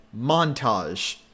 montage